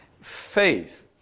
faith